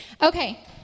Okay